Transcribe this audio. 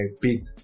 big